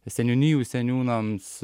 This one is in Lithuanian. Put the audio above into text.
seniūnijų seniūnams